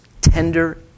tender